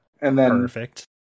Perfect